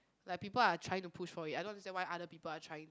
like people are trying to push for it I don't understand why other people are trying